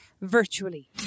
virtually